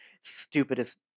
Stupidest